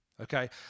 Okay